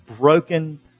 broken